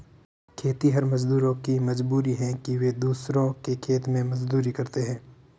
खेतिहर मजदूरों की मजबूरी है कि वे दूसरों के खेत में मजदूरी करते हैं